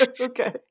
Okay